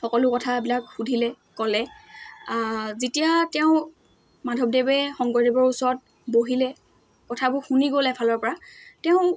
সকলো কথাবিলাক সুধিলে ক'লে যেতিয়া তেওঁ মাধৱদেৱে শংকৰদেৱৰ ওচৰত বহিলে কথাবোৰ শুনি গ'লে এফালৰ পৰা তেওঁ